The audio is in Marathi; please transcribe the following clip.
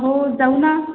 हो जाऊ ना